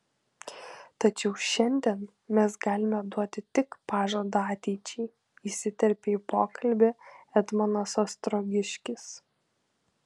tačiau šiandien mes galime duoti tik pažadą ateičiai įsiterpė į pokalbį etmonas ostrogiškis